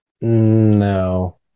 No